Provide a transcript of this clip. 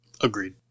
Agreed